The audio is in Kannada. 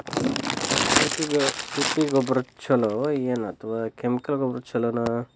ತಿಪ್ಪಿ ಗೊಬ್ಬರ ಛಲೋ ಏನ್ ಅಥವಾ ಕೆಮಿಕಲ್ ಗೊಬ್ಬರ ಛಲೋ?